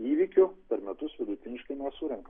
įvykių per metus vidutiniškai mes surenkam